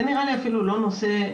זה נראה לי אפילו לא נושא,